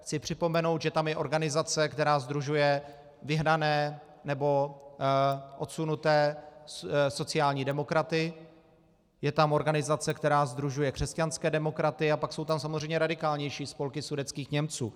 Chci připomenout, že tam je organizace, která sdružuje vyhnané nebo odsunuté sociální demokraty, je tam organizace, která sdružuje křesťanské demokraty, a pak jsou tam samozřejmě radikálnější spolky sudetských Němců.